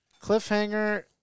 Cliffhanger